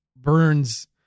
burns